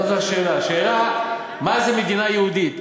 השאלה מה זה מדינה יהודית.